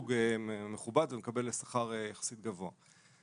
דירוג מכובד ומקבל שכר יחסית גבוה.